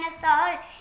dinosaur